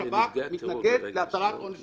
השב"כ מתנגד להטלת עונש מוות.